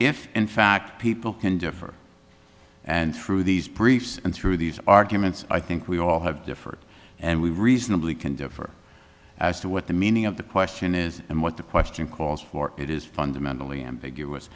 if in fact people can differ and through these briefs and through these arguments i think we all have differed and we reasonably can differ as to what the meaning of the question is and what the question calls for it is fundamentally ambiguous